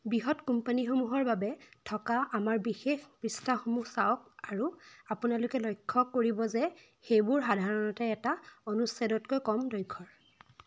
বৃহৎ কোম্পানীসমূহৰ বাবে থকা আমাৰ বিশেষ পৃষ্ঠাসমূহ চাওক আৰু অপোনালোকে লক্ষ্য কৰিব যে সেইবোৰ সাধাৰণতে এটা অনুচ্ছেদতকৈ কম দৈৰ্ঘ্যৰ